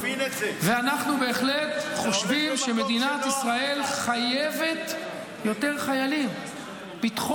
תבין את זה אנחנו בהחלט חושבים שמדינת ישראל חייבת יותר חיילים.